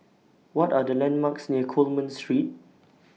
What Are The landmarks near Coleman Street